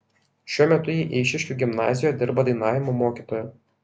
šiuo metu ji eišiškių gimnazijoje dirba dainavimo mokytoja